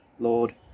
Lord